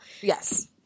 yes